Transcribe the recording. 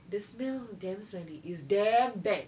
the smell damn smelly it's damn bad